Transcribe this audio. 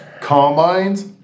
Combines